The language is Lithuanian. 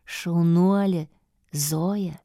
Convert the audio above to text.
šaunuolė zoja